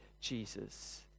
Jesus